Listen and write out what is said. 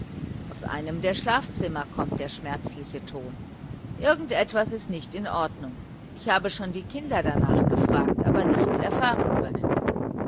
aus einem der schlafzimmer kommt der schmerzliche ton irgend etwas ist nicht in ordnung ich habe schon die kinder danach gefragt aber nichts erfahren können